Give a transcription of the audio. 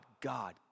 God